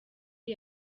iyi